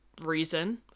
reason